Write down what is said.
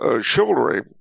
Chivalry